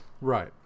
Right